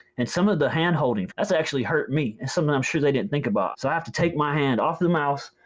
and some of the handholding. that's actually hurt me, and something i'm sure they didn't think about. so i have to take my hand off the mouse,